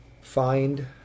Find